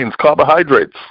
carbohydrates